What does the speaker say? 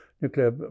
nuclear